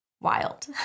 wild